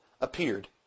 appeared